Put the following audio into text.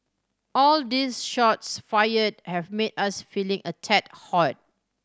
all these shots fired have made us feeling a tad hot